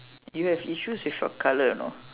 you have issues with your colour you know